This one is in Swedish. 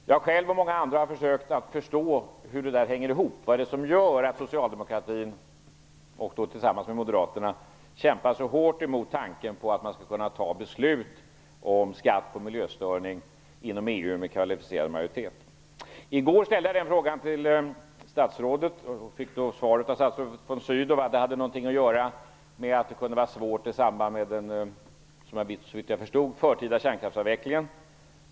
Jag själv och många andra har försökt att förstå hur det hänger ihop, vad det är som gör att socialdemokratin, tillsammans med Moderaterna, så hårt kämpar emot tanken på att man skulle fatta beslut om skatt på miljöförstöring inom Eu med kvalificerad majoritet. I går ställde jag den frågan till statsrådet Björn von Sydow. Jag fick då svaret att det hade att göra med att det kunde vara svårt i samband med förtida kärnkraftsavveckling.